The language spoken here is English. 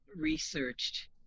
researched